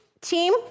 team